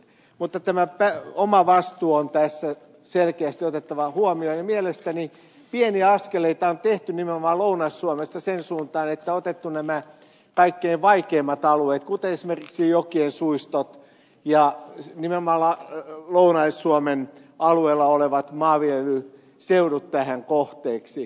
mutta tämä oma vastuu on tässä selkeästi otettava huomioon ja mielestäni pieniä askeleita on tehty nimenomaan lounais suomessa sen suuntaan että on otettu nämä kaikkein vaikeimmat alueet kuten esimerkiksi jokien suistot ja nimenomaan lounais suomen alueella olevat maanviljelyseudut tähän kohteeksi rantapellot ja niin edelleen